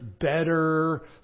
better